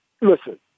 Listen